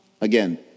again